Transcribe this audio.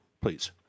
please